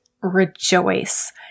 rejoice